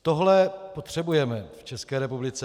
Tohle potřebujeme v České republice.